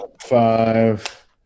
Five